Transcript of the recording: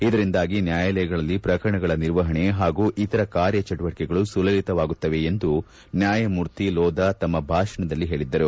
ಇದರಿಂದಾಗಿ ನ್ನಾಯಾಲಯಗಳಲ್ಲಿ ಪ್ರಕರಣಗಳ ನಿರ್ವಹಣೆ ಹಾಗೂ ಇತರ ಕಾರ್ಯ ಚಟುವಟಕೆಗಳು ಸುಲಲಿತವಾಗುತ್ತವೆ ಎಂದು ನ್ಹಾಯಮೂರ್ತಿ ಲೋಧ ತಮ್ನ ಭಾಷಣದಲ್ಲಿ ಹೇಳಿದ್ದರು